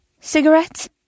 Cigarettes